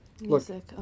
music